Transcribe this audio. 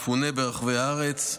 מפונה ברחבי הארץ,